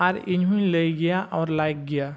ᱟᱨ ᱤᱧ ᱦᱚᱸᱧ ᱞᱟᱹᱭ ᱜᱮᱭᱟ ᱟᱨ ᱞᱟᱹᱭᱤᱠ ᱜᱮᱭᱟ